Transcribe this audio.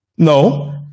No